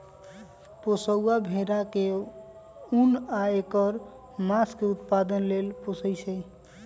पोशौआ भेड़ा के उन आ ऐकर मास के उत्पादन लेल पोशइ छइ